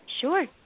Sure